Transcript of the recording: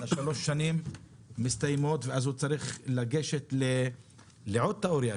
אז 3 שנים מסתיימות ואז הוא צריך לגשת לעוד תיאוריה,